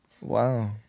Wow